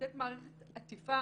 לתת עטיפה